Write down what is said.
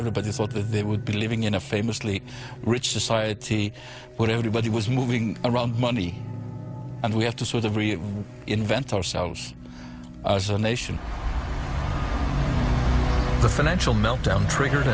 everybody thought that they would be living in a famously rich society where everybody was moving money and we have to sort of invent ourselves as a nation the financial meltdown triggered